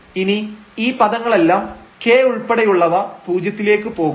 ഇനി ഈ പദങ്ങളെല്ലാം k ഉൾപ്പെടെയുള്ളവ പൂജ്യത്തിലേക്ക് പോകും